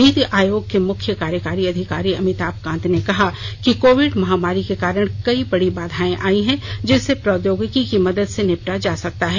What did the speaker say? नीति आयोग के मुख्य कार्यकारी अधिकारी अमिताभ कांत ने कहा कि कोविड महामारी के कारण कई बड़ी बाधाएं आई हैं जिनसे प्रौद्योगिकी की मदद से निबटा जा रहा है